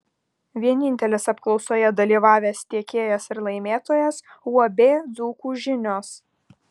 vienintelis apklausoje dalyvavęs tiekėjas ir laimėtojas uab dzūkų žinios